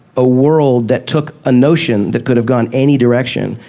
a world that took a notion that could have gone any direction,